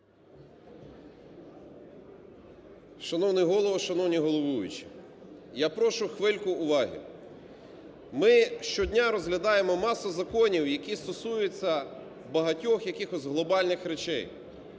Шановний Голово, шановні головуючі, я прошу хвильку уваги. Ми щодня розглядаємо масу законів, які стосуються багатьох якихось глобальних речей.